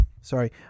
Sorry